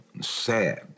sad